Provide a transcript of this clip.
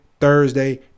Thursday